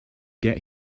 get